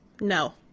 no